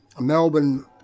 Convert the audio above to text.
Melbourne